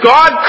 God